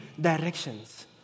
directions